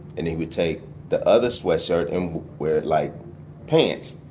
and he would take the other sweatshirt and wear it like pants,